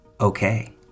okay